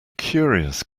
curious